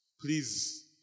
Please